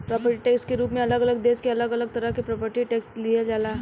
property tax के रूप में अलग अलग देश में अलग अलग तरह से प्रॉपर्टी टैक्स लिहल जाला